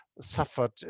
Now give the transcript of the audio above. suffered